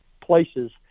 places